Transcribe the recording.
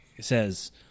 says